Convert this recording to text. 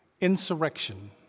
insurrection